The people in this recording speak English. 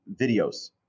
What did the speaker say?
videos